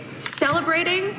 celebrating